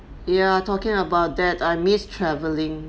ya talking about that I miss travelling